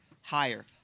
Higher